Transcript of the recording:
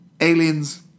aliens